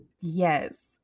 yes